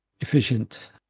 efficient